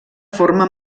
forma